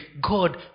God